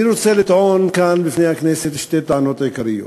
אני רוצה לטעון כאן בפני הכנסת שתי טענות עיקריות.